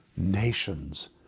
nations